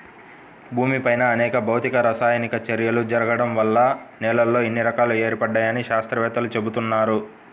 భూమిపైన అనేక భౌతిక, రసాయనిక చర్యలు జరగడం వల్ల నేలల్లో ఇన్ని రకాలు ఏర్పడ్డాయని శాత్రవేత్తలు చెబుతున్నారు